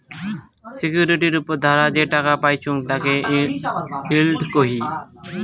সিকিউরিটির উপর ধারা যে টাকা পাইচুঙ তাকে ইল্ড কহি